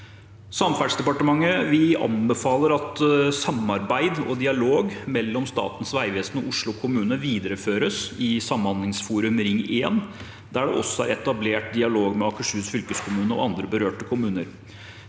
Samferdselsdepartementet anbefaler at samarbeid og dialog mellom Statens vegvesen og Oslo kommune videreføres i samhandlingsforumet for Ring 1, der det også er etablert dialog med Akershus fylkeskommune og andre berørte kommuner.